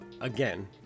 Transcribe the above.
again